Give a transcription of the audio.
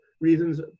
reasons